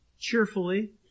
cheerfully